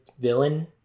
villain